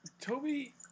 toby